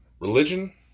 religion